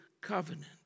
covenant